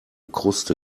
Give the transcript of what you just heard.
kruste